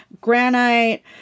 granite